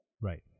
Right